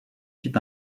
fit